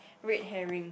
red herring